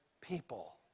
people